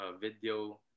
video